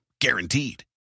Guaranteed